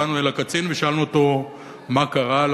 באנו אל הקצין ושאלנו אותו: מה קרה,